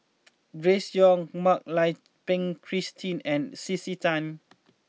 Grace Young Mak Lai Peng Christine and C C Tan